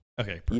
Okay